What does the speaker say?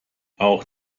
auch